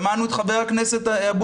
שמענו את ח"כ אבוטבול,